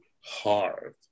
hard